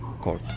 court